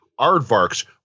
aardvarks